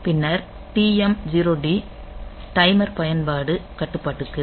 பின்னர் TMOD timer பயன்முறை கட்டுப்பாட்டுக்கு